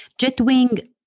Jetwing